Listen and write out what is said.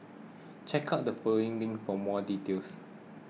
check out the following link for more details